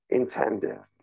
intended